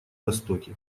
востоке